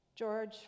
George